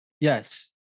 yes